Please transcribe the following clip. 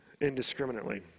indiscriminately